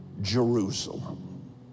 Jerusalem